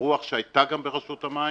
הרוח שהיתה ברשות המים